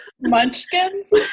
Munchkins